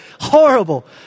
horrible